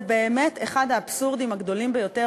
זה באמת אחד האבסורדים הגדולים ביותר,